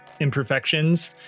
imperfections